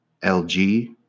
LG